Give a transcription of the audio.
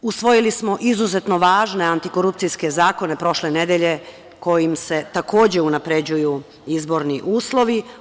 Usvojili smo izuzetno važne antikorupcijske zakone prošle nedelje, kojima se takođe unapređuju izborni uslovi.